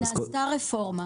נעשתה רפורמה